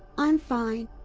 i'm fine.